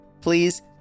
Please